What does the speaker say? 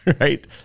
Right